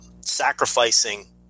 sacrificing –